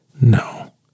No